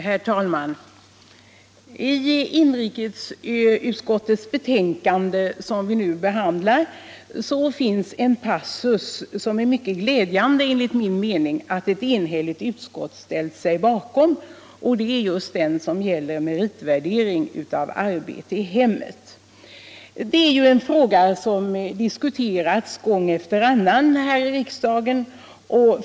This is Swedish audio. Herr talman! I inrikesutskottets betänkande - som vi nu behandlar —- finns en passus som det, enligt min mening, är mycket glädjande att ett enhälligt utskott ställt sig bakom, och det är den som gäller meritvärdering av arbete i hemmet. Det är en fråga som diskuterats gång efter annan här i riksdagen.